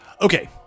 Okay